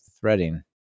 threading